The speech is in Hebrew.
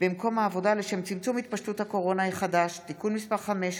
במקום העבודה לשם צמצום התפשטות נגיף הקורונה החדש) (תיקון מס' 5),